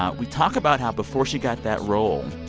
um we talk about how before she got that role,